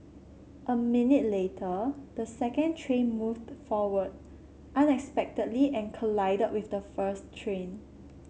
a minute later the second train moved forward unexpectedly and collided with the first train